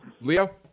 Leo